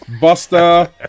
Buster